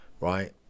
right